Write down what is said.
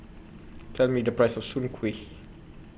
Tell Me The Price of Soon Kuih